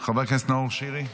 חבר הכנסת נאור שירי,